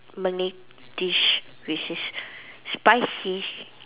Malay dish which is spicy